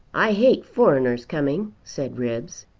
i hate foreigners coming, said ribbs.